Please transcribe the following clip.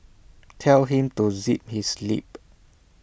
tell him to zip his lip